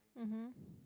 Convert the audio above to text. mmhmm